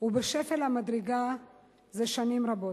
ובשפל המדרגה זה שנים רבות.